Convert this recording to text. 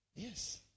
Yes